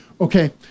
Okay